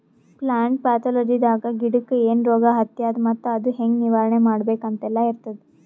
plant ಪ್ಯಾಥೊಲಜಿದಾಗ ಗಿಡಕ್ಕ್ ಏನ್ ರೋಗ್ ಹತ್ಯಾದ ಮತ್ತ್ ಅದು ಹೆಂಗ್ ನಿವಾರಣೆ ಮಾಡ್ಬೇಕ್ ಅಂತೆಲ್ಲಾ ಇರ್ತದ್